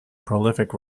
prolific